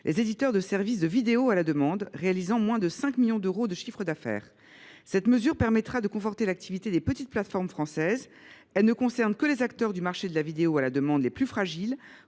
les éditeurs de services de vidéo à la demande réalisant moins de 5 millions d’euros de chiffre d’affaires. Cette mesure permettrait de conforter l’activité des petites plateformes françaises. Elle ne concernerait que les acteurs du marché de la vidéo à la demande les plus fragiles,